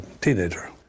teenager